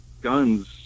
guns